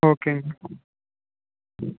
ஓகேங்க